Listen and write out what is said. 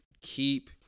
keep